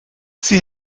sie